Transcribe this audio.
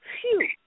Phew